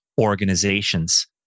organizations